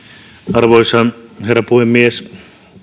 arvoisa herra puhemies